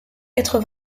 quatre